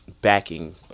backing